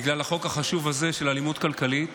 פה בגלל החוק החשוב הזה של אלימות כלכלית.